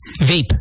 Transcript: Vape